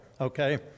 okay